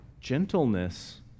gentleness